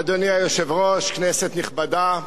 אדוני היושב-ראש, כנסת נכבדה,